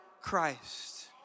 Christ